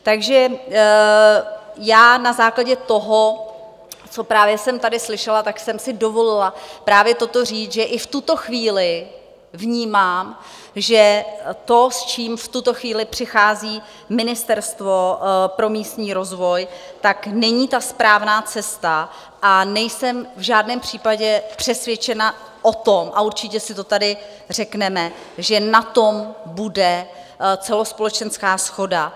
Takže já na základě toho, co právě jsem tady slyšela, jsem si dovolila právě toto říct, že i v tuto chvíli vnímám, že to, s čím v tuto chvíli přichází Ministerstvo pro místní rozvoj, není ta správná cesta a nejsem v žádném případě přesvědčena o tom a určitě si to tady řekneme že na tom bude celospolečenská shoda.